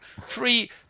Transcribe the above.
three